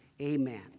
Amen